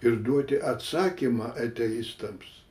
ir duoti atsakymą ateistams